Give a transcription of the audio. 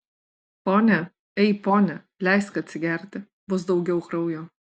pone ei pone leisk atsigerti bus daugiau kraujo